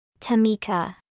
Tamika